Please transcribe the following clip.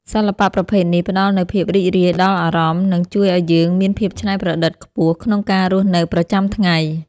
សិល្បៈប្រភេទនេះផ្តល់នូវភាពរីករាយដល់អារម្មណ៍ និង ជួយឱ្យយើងមានភាពច្នៃប្រឌិតខ្ពស់ក្នុងការរស់នៅប្រចាំថ្ងៃ។